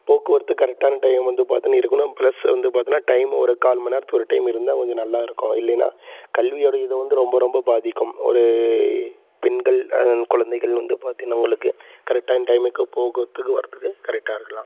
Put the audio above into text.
போக்குவரத்து கரெக்டான டையம் வந்து பார்த்தீனா இருக்கணும் ப்ளஸ் வந்து பார்த்தீனா டைம்மு ஒரு கால் மணி நேரத்துக்கு ஒரு டைம் இருந்தால் கொஞ்சம் நல்லாயிருக்கும் இல்லையினால் கல்வியோட இது வந்து ரொம்ப ரொம்ப பாதிக்கும் ஒரு பெண்கள் குழந்தைகள் வந்து பார்த்தீனா உங்களுக்கு கரெக்டான டைமுக்கு போகிறத்துக்கு வரத்துக்கு கரெக்ட்டாக இருக்கலாம்